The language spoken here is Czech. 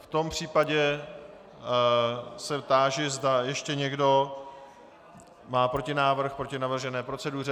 V tom případě se táži, zda ještě někdo má protinávrh proti navržené proceduře.